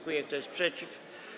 Kto jest przeciw?